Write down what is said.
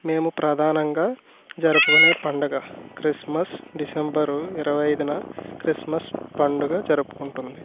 మేము ప్రధానంగా జరుపుకునే పండుగ క్రిస్మస్ డిసెంబర్ ఇరవై ఐదున క్రిస్మస్ పండుగ జరుపుకుంటుంది